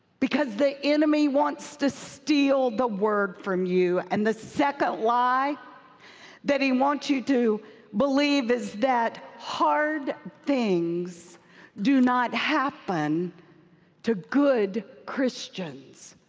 because the enemy wants to steal the word from you. and the second lie that he wants you to believe is that hard things do not happen to good christians.